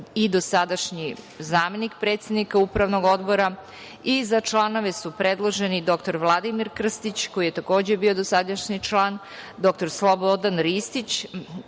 i dosadašnji zamenik predsednika Upravnog odbora. Za članove su predloženi dr Vladimir Krstić, koji je takođe bio dosadašnji član, dr Slobodan Ristić,